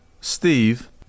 Steve